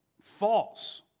False